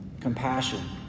compassion